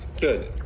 Good